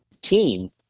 team